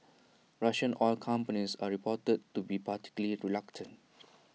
Russian oil companies are reported to be particularly reluctant